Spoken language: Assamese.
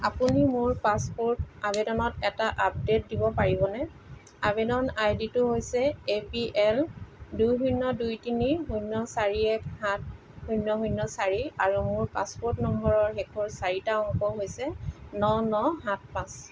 আপুনি মোৰ পাছপোৰ্ট আবেদনত এটা আপডেট দিব পাৰিবনে আৱেদন আই ডিটো হৈছে এ পি এল দুই শূন্য দুই তিনি শূন্য চাৰি এক সাত শূন্য শূন্য চাৰি আৰু মোৰ পাছপোৰ্ট নম্বৰৰ শেষৰ চাৰিটা অংক হৈছে ন ন সাত পাঁচ